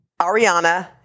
Ariana